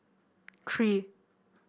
three